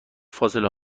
فاصله